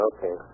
Okay